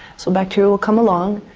so bacteria will come along,